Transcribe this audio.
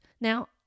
Now